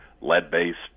lead-based